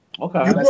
Okay